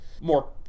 more